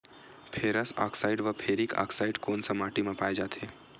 Ferrous oxide व ferric oxide कोन सा माटी म पाय जाथे?